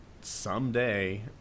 Someday